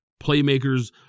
playmakers